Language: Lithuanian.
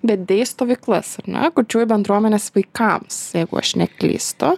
vedei stovyklas ar ne kurčiųjų bendruomenės vaikams jeigu aš neklystu